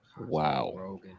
Wow